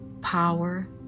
power